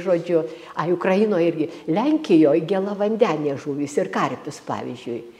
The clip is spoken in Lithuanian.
žodžiu ai ukrainoj irgi lenkijoj gėlavandenės žuvys ir karpius pavyzdžiui